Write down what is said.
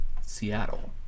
Seattle